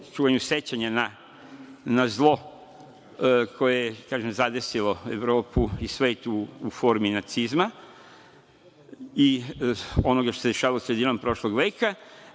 čuvanju sećanja na zlo koje je, kažem, zadesilo Evorpu i svet u formi nacizma, i onoga što se dešavalo sredinom prošlog veka,